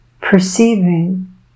perceiving